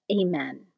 Amen